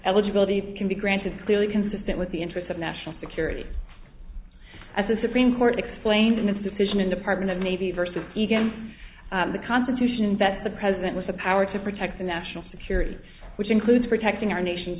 eligibility can be granted clearly consistent with the interests of national security as the supreme court explained in its decision and department of navy versus even the constitution that the president with the power to protect the national security which includes protecting our nation